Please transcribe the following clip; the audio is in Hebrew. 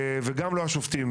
וגם לא השופטים.